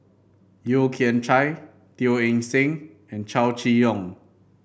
Yeo Kian Chye Teo Eng Seng and Chow Chee Yong